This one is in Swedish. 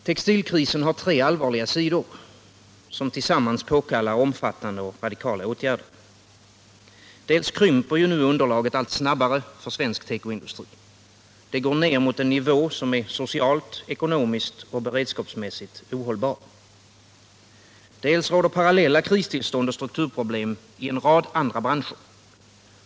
Textilkrisen har tre allvarliga sidor, som tillsammans påkallar omfattande och radikala åtgärder. Dels krymper nu underlaget för svensk tekoindustri allt snabbare och industrin går mot en nivå som är socialt, ekonomiskt och beredskapsmässigt ohållbar, dels råder parallella kristillstånd och strukturproblem i en rad andra branscher.